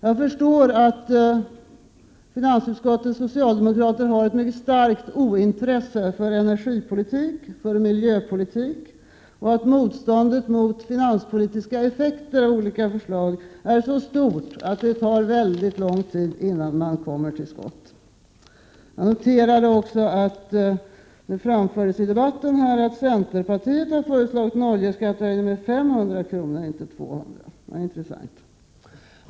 Jag förstår att finansutskottets socialdemokrater har ett mycket starkt ointresse för energipolitik och för miljöpolitik och att motståndet mot finanspolitiska effekter av olika förslag är så stort att det tar väldigt lång tid innan man kommer till skott. Jag noterade också att det framfördes i debatten att centerpartiet har föreslagit en oljeskattehöjning med 500 kr., inte 200 kr. Det var intressant.